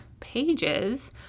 pages